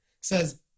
says